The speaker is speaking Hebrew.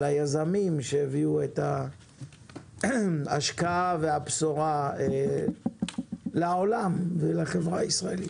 ליזמים שהביאו את ההשקעה והבשורה לעולם ולחברה הישראלית.